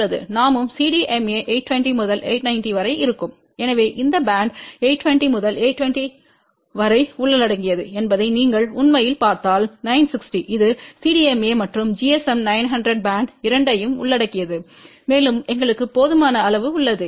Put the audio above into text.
நாமும் CDMA 820 முதல் 890 வரை இருக்கும் எனவே இந்த பேண்ட் 820 முதல் 820 வரை உள்ளடக்கியது என்பதை நீங்கள் உண்மையில் பார்த்தால் 960 இது CDMA மற்றும் GSM 900 பேண்ட் இரண்டையும் உள்ளடக்கியது மேலும் எங்களுக்கு போதுமான அளவு உள்ளது